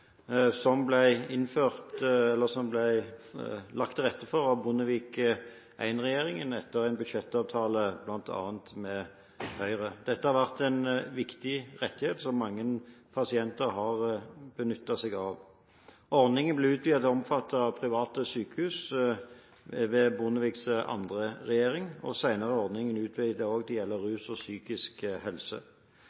som det ble lagt til rette for av Bondevik I-regjeringen etter en budsjettavtale med bl.a. Høyre. Dette har vært en viktig rettighet som mange pasienter har benyttet seg av. Ordningen ble utvidet til å omfatte private sykehus under Bondeviks andre regjering, og senere er ordningen utvidet til å gjelde også rus og